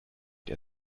der